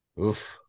Oof